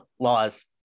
laws